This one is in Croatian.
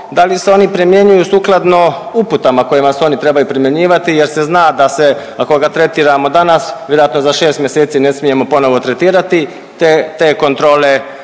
da li se oni primjenjuju sukladno uputama kojima se oni trebaju primjenjivati jer se zna da se ako ga tretiramo danas, vjerojatno za šest mjeseci ne smijemo ponovno tretirati te kontrole